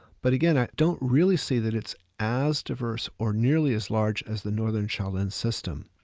but again, i don't really see that it's as diverse or nearly as large as the northern shaolin system.